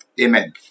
Amen